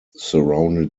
surrounded